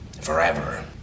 Forever